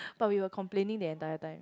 but we were complaining the entire time